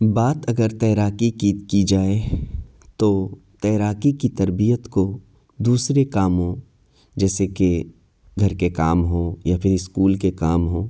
بات اگر تیراکی کی کی جائے تو تیراکی کی تربیت کو دوسرے کاموں جیسے کہ گھر کے کام ہوں یا پھر اسکول کے کام ہوں